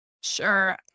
Sure